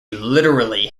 literally